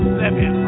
seven